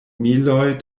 miloj